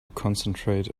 concentrate